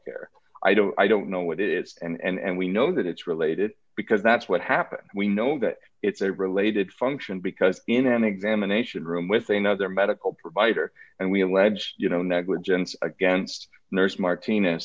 care i don't i don't know what it is and we know that it's related because that's what happened we know that it's a related function because in an examination room with a nother medical provider and we alleged you know negligence against nurse martin